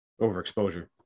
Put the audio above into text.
Overexposure